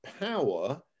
power